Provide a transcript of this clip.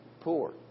poor